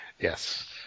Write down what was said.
Yes